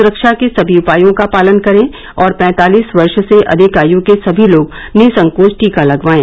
सुरक्षा के सभी उपायों का पालन करें और पैंतालीस वर्ष से अधिक आयु के सभी लोग निःसंकोच टीका लगवाएं